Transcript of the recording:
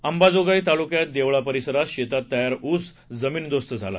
अंबाजोगाई तालुक्यात देवळा परिसरात शेतात तयार ऊस जमीनदोस्त झाला